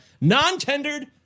Non-tendered